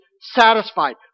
satisfied